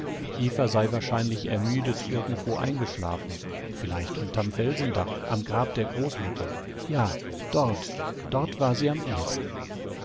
sei wahrscheinlich ermüdet irgendwo eingeschlafen vielleicht unterm felsendach am grab der großmutter ja dort dort war sie am ehesten